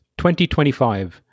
2025